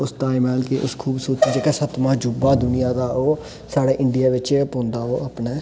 उस ताजमहल गी उस खूबसूरत जेह्का सत्तमां अजूबा ऐ दुनिया दा ओह् साढ़े इंडिया बिच्च गै पौंदा ओह् अपने